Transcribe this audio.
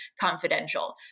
confidential